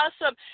Awesome